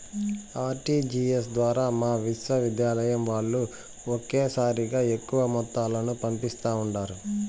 RTGS ద్వారా మా విశ్వవిద్యాలయం వాల్లు ఒకేసారిగా ఎక్కువ మొత్తాలను పంపిస్తా ఉండారు